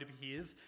behave